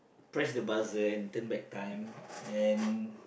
press the buzzer and turn back time and